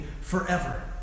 forever